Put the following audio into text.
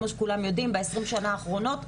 כמו שכולם יודעים ב-20 שנה האחרונות,